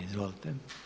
Izvolite.